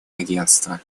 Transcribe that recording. агентства